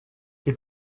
les